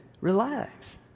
relax